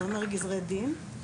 זה אומר גזרי דין.